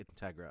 Integra